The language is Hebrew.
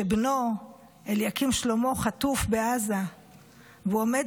שבנו אליקים שלמה חטוף בעזה והוא עומד